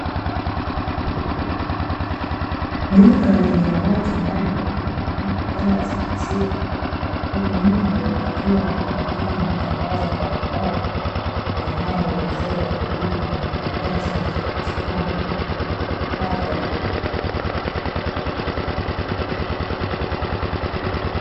Duka lenye watu ndani wakinunua bidhaa za maziwa, huku nje yakiwa yamebandikwa matangazo mbalimbali yanayoelezea huduma na bidhaa zinazopatikana hapa.